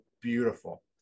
beautiful